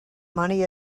money